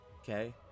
Okay